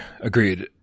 agreed